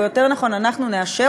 או יותר נכון אנחנו נאשר,